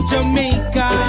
Jamaica